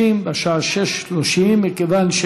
מכיוון,